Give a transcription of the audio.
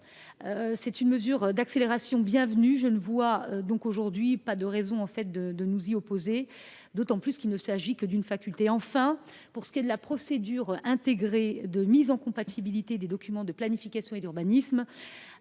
C’est une mesure d’accélération bienvenue ; je ne vois aucune raison de nous y opposer, d’autant qu’il ne s’agit que d’une faculté. Enfin, la procédure intégrée de mise en compatibilité des documents de planification et d’urbanisme